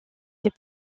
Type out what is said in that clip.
des